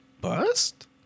bust